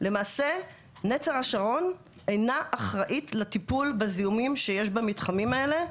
למעשה נצר השרון אינה אחראית לטיפול בזיהומים שיש במתחמים האלה,